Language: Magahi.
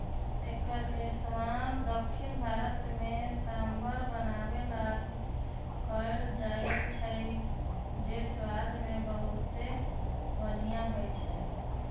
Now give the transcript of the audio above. एक्कर इस्तेमाल दख्खिन भारत में सांभर बनावे ला कएल जाई छई जे स्वाद मे बहुते बनिहा होई छई